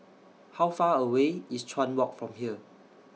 How Far away IS Chuan Walk from here